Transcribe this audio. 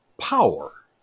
power